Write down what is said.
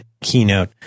keynote